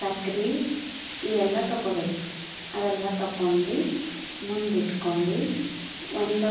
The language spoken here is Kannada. ಸಕ್ರೆ ಇವೆಲ್ಲ ತೊಗೋಬೇಕು ಅವೆಲ್ಲ ತಗೊಂಡು ಮುಂದಿಟ್ಕೊಂಡು ಒಂದು